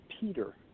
Peter